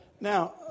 Now